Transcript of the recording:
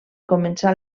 començar